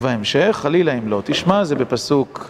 וההמשך, חלילה אם לא תשמע, זה בפסוק